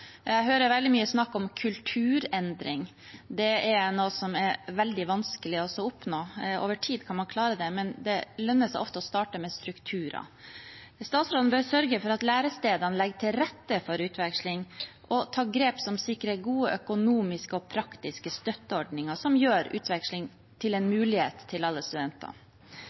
Jeg hører veldig mye snakk om kulturendring. Det er noe som er veldig vanskelig å oppnå. Over tid kan man klare det, men det lønner seg ofte å starte med strukturer. Statsråden bør sørge for at lærestedene legger til rette for utveksling, og ta grep som sikrer gode økonomiske og praktiske støtteordninger som gjør utveksling til en mulighet for alle